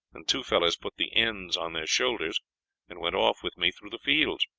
and two fellows put the ends on their shoulders and went off with me through the fields.